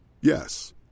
Yes